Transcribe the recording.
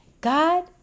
God